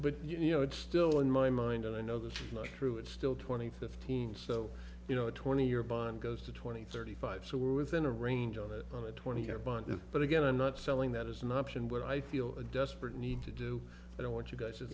but you know it's still in my mind and i know that through it's still twenty fifteen so you know a twenty year bond goes to twenty thirty five so we're within a range of it on a twenty year bond but again i'm not selling that as an option where i feel a desperate need to do i don't want you guys